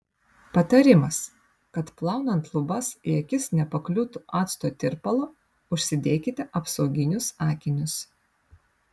patarimas kad plaunant lubas į akis nepakliūtų acto tirpalo užsidėkite apsauginius akinius